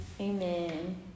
Amen